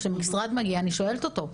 כשמשרד מגיע אני שואלת אותו.